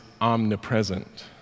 omnipresent